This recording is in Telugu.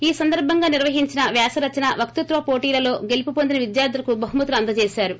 ఈ సందర్బంగా నిర్వహించిన వ్యాస రచన వక్షత్వ పోటీలలో గెలుపు పొందిన విద్యార్లులకు బహుమతులు అందచేసారు